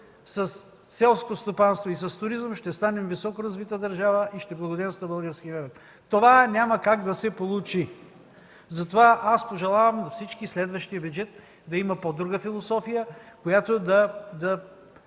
със селско стопанство и с туризъм ще станем високоразвита държава и ще благоденства българският народ. Това няма как да се получи. Затова аз пожелавам на всички следващият бюджет да има пό друга философия, която да